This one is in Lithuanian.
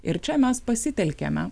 ir čia mes pasitelkiame